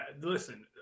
listen